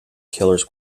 killers